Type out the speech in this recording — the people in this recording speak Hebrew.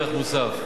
מוסף.